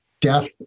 death